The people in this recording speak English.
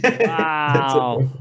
Wow